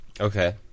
okay